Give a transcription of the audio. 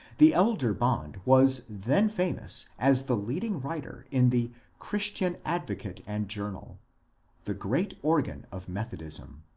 the elder bond was then famous as the leading writer in the christian advocate and journal the great organ of methodism.